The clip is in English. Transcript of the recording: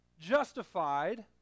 justified